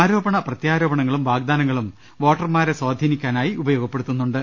ആരോപണ പ്രത്യാരോപണങ്ങളും വാഗ്ദാ നങ്ങളും വോട്ടർമാരെ സ്വാധീനിക്കാനായി ഉപയോഗപ്പെടുത്തുന്നു ണ്ട്